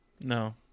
No